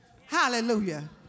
Hallelujah